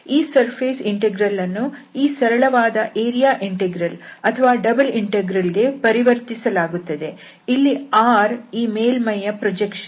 ಈ surface integral ಅನ್ನು ಈ ಸರಳವಾದ ಏರಿಯಾ ಇಂಟೆಗ್ರಲ್ ಗೆ ಅಥವಾ ಡಬಲ್ ಇಂಟೆಗ್ರಲ್ ಗೆ ಪರಿವರ್ತಿಸಲಾಗುತ್ತದೆ ಇಲ್ಲಿ R ಈ ಮೇಲ್ಮೈಯ ಪ್ರೊಜೆಕ್ಷನ್